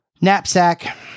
Knapsack